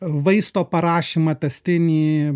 vaisto parašymą tęstinį